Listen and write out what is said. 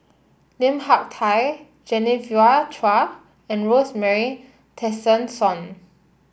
Lim Hak Tai Genevieve Chua and Rosemary Tessensohn